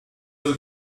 will